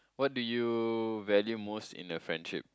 what do you value most in a friendship